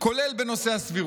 כולל בנושא הסבירות.